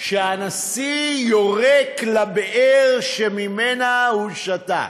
שהנשיא יורק לבאר שממנה הוא שתה.